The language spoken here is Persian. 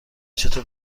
چطور